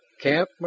Camp